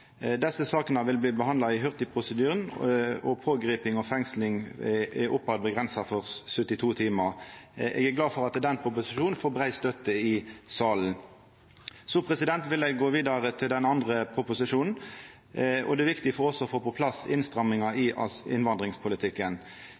Desse sakene vil bli behandla i hurtigprosedyren, og pågriping og fengsling er avgrensa oppover til 72 timar. Eg er glad for at den proposisjonen får brei støtte i salen. Så vil eg gå vidare til den andre proposisjonen. Det er viktig for oss å få på plass innstrammingar i